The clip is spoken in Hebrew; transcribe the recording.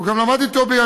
הוא גם למד אתו בילדותו.